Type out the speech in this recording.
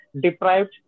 deprived